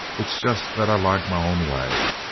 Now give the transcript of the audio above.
it's just that i like my own way.